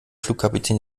flugkapitän